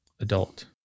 adult